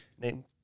name